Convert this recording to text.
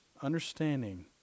understanding